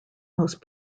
most